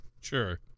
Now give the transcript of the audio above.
Sure